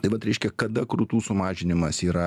tai vat reiškia kada krūtų sumažinimas yra